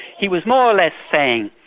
he was more or less saying,